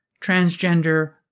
transgender